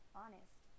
honest